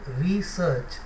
RESEARCH